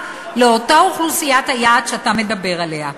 לאותה אוכלוסיית היעד שאתה מדבר עליה.